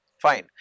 Fine